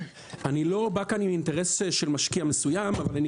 אני לא בא לכאן עם אינטרס של משקיע מסוים אבל אני